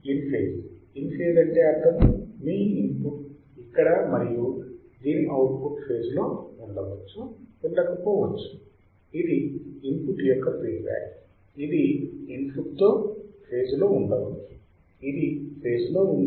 in phase in phase అంటే అర్ధము మీ ఇన్పుట్ ఇక్కడ మరియు దీని అవుట్ ఫేజ్ లో ఉండవచ్చు ఉండకపోవచ్చు ఇది ఇన్ పుట్ యొక్క ఫీడ్ బ్యాక్ ఇది ఇన్పుట్ తో ఫేజ్ లో ఉండవచ్చు ఇది ఫేజ్ లో ఉంది